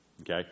okay